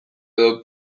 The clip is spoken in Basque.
edo